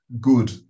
good